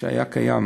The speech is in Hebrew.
שהיה קיים.